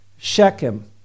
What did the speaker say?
Shechem